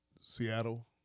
Seattle